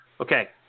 okay